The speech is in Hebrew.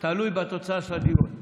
תלוי בתוצאה של הדיון.